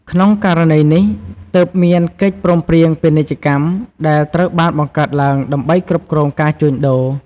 ក្នុងករណីនេះ ទើបមានកិច្ចព្រមព្រៀងពាណិជ្ជកម្ម ដែលត្រូវបានបង្កើតឡើងដើម្បីគ្រប់គ្រងការជួញដូរ។